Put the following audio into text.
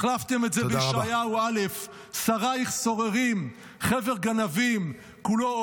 החלפתם את זה בישעיהו א': "שריִך סוררים וחברי גנבים כֻּלּוֹ